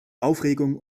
aufregung